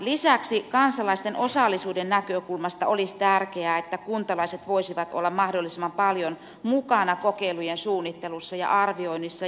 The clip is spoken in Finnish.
lisäksi kansalaisten osallisuuden näkökulmasta olisi tärkeää että kuntalaiset voisivat olla mahdollisimman paljon mukana kokeilujen suunnittelussa ja arvioinnissa